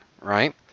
right